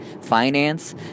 Finance